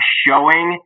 showing